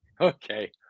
okay